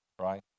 right